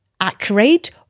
accurate